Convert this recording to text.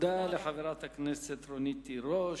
תודה לחברת הכנסת רונית תירוש.